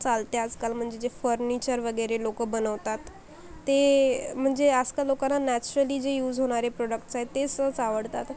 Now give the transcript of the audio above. चालते आजकाल म्हणजे जे फर्निचर वगैरे लोकं बनवतात ते म्हणजे आजकाल लोकांना नॅचरली जे यूज होणारे प्रोडक्ट्स आहेत तेसंच आवडतात